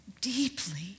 deeply